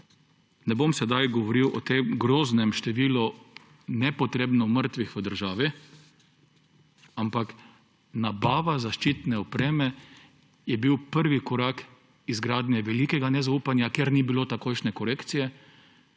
Ne bom sedaj govoril o tem groznem številu nepotrebno mrtvih v državi, ampak nabava zaščitne opreme je bila prvi korak izgradnje velikega nezaupanja – ker ni bilo takojšnje korekcije